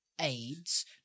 aids